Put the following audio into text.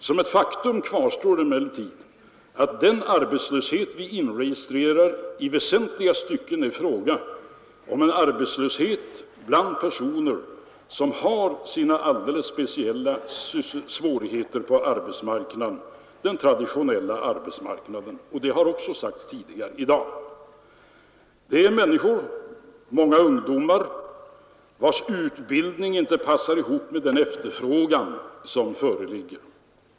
Som ett faktum kvarstår emellertid att den arbetslöshet vi inregistrerar i väsentliga stycken är en arbetslöshet bland personer som har sina alldeles speciella svårigheter på den traditionella arbetsmarknaden. Det har också sagts tidigare i dag. Det är människor, många ungdomar, vilkas utbildning inte passar ihop med den efterfrågan som föreligger.